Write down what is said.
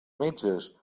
metges